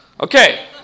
Okay